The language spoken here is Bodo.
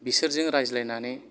बिसोरजों रायज्लायनानै